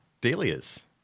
dahlias